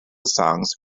songs